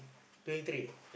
twenty three